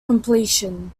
completion